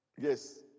Yes